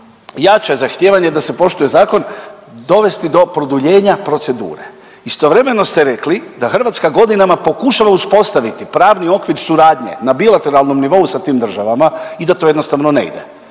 jače zahtijevanje da se poštuje zakon dovesti do produljenja procedure. Istovremeno ste rekli da Hrvatska godinama pokušava uspostaviti pravni okvir suradnje na bilateralnom nivou sa tim državama i da to jednostavno ne ide.